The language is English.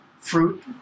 fruit